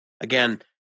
Again